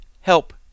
help